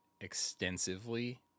extensively